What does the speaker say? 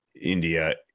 India